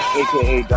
aka